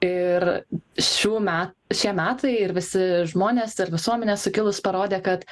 ir šių me šie metai ir visi žmonės ir visuomenė sukilus parodė kad